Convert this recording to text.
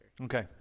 Okay